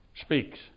speaks